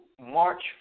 March